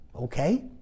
okay